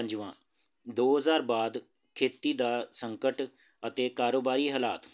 ਪੰਜਵਾਂ ਦੋ ਹਜ਼ਾਰ ਬਾਅਦ ਖੇਤੀ ਦਾ ਸੰਕਟ ਅਤੇ ਕਾਰੋਬਾਰੀ ਹਾਲਾਤ